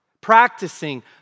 Practicing